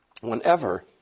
whenever